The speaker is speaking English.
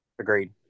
Agreed